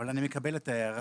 אבל אני מקבל את ההערה.